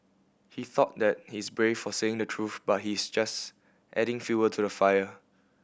he thought that he's brave for saying the truth but he's actually just adding fuel to the fire